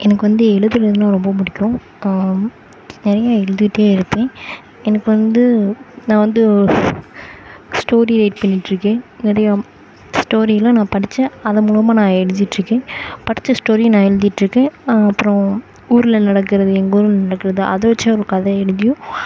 எனக்கு வந்து எழுதுறதுனால் ரொம்ப பிடிக்கும் தனியாக எழுதிகிட்டே இருப்பேன் எனக்கு வந்து நான் வந்து ஸ்டோரி ரைட் பண்ணிட்டிருக்கேன் நிறையா ஸ்டோரிலாம் நான் படித்தேன் அதன் மூலமாக நான் எழுதிட்டிருக்கேன் படித்த ஸ்டோரியை நான் எழுதிட்டிருக்கேன் அப்றம் ஊரில் நடக்கிறது எங்கள் ஊரில் நடக்கிறது அதை வச்சியும் ஒரு கதை எழுதியும்